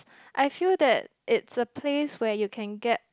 I feel that it's a place where you can get